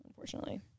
Unfortunately